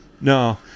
no